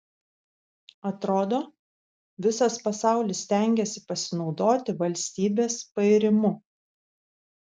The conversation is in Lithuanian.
atrodo visas pasaulis stengiasi pasinaudoti valstybės pairimu